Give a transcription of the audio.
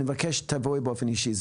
אני מבקש שתבואי באופן אישי.